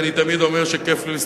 אני תמיד אומר את זה,